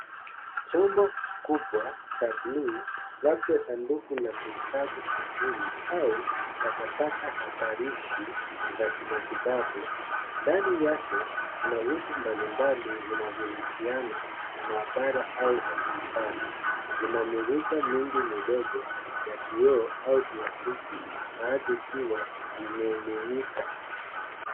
Chombo kikubwa cha bluu, labda sanduku la kuhifadhi sampuli au takataka hatarishi za kimatibabu. Ndani yake kuna vitu mbalimbali vinavyohusiana na maabara au hospitali. Kuna mirija mingi midogo ya kioo au plastiki baadhi ikiwa vimiminika.